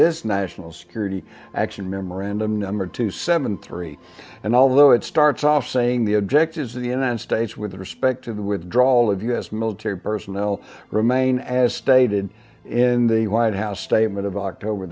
this national security action memorandum number two seven three and although it starts off saying the objectives of the united states with respect to the withdrawal of u s military personnel remain as stated in the white house statement of october